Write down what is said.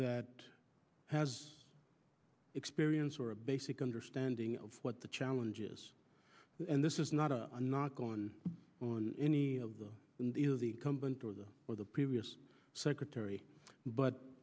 that has experience or a basic understanding of what the challenge is and this is not a knock on on any of the company or the previous secretary but